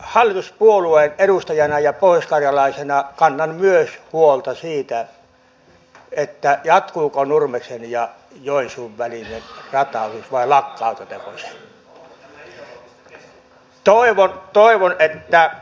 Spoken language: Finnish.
hallituspuolueen edustajana ja pohjoiskarjalaisena kannan myös huolta siitä jatkuuko nurmeksen ja joensuun välinen rataosuus vai lakkautetaanko se